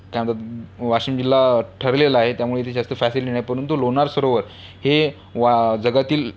काय म्हणतात वाशिम जिल्हा ठरलेला आहे त्यामुळे इथे जास्त फॅसिलिटी नाही परंतु लोणार सरोवर हे वा जगातील